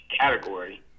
category